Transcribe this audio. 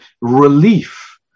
relief